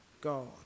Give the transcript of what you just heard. God